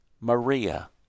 Maria